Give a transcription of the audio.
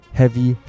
heavy